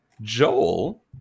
Joel